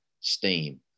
steam